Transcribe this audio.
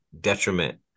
detriment